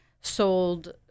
sold